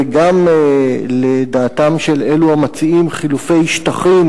וגם לדעתם של אלו המציעים חילופי שטחים,